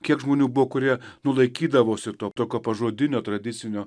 kiek žmonių buvo kurie nu laikydavo to tokio pažodinio tradicinio